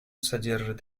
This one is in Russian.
содержит